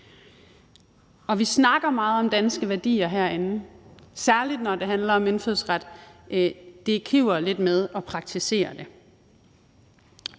Vi snakker meget om danske værdier herinde, særlig når det handler om indfødsret, men det kniber lidt med at praktisere det.